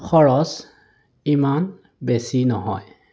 খৰচ ইমান বেছি নহয়